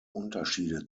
unterschiede